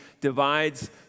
divides